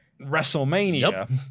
WrestleMania